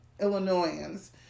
Illinoisans